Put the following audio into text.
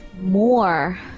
more